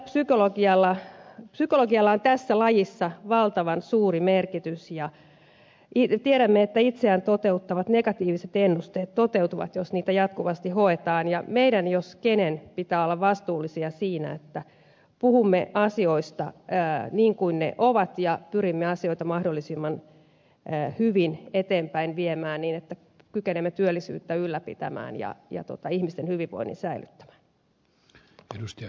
psykologialla on tässä lajissa valtavan suuri merkitys ja tiedämme että negatiiviset ennusteet toteuttavat itseään jos niitä jatkuvasti hoetaan ja meidän jos kenen pitää olla vastuullisia siinä että puhumme asioista niin kuin ne ovat ja pyrimme asioita mahdollisimman hyvin eteenpäin viemään niin että kykenemme työllisyyttä ylläpitämään ja ihmisten hyvinvoinnin säilyttämään